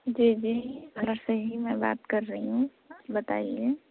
جی جی پالر سے ہی میں بات کر رہی ہوں بتائیے